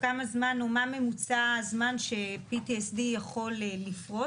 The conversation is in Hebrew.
כמה זמן או מה ממוצע הזמן ש-PTSD יכול לפרוץ.